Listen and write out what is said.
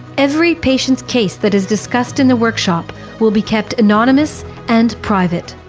every patient's case that is discussed in the workshop will be kept anonymous and private.